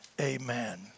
Amen